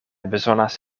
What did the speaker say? bezonas